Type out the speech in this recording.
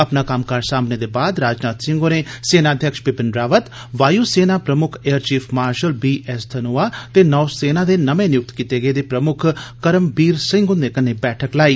अपना कम्मकार साम्बने दे बाद राजनाथ सिंह होरें सेनाअध्यक्ष बिपिन रावत वायुसेना प्रमुख air chief marshal B S Dhanoa ते नौसेना दे नमें नियुक्त कीते गेदे प्रमुक्ख करमबीर सिंह हुन्दे कन्नै बैठक लाई